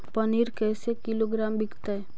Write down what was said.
पनिर कैसे किलोग्राम विकतै?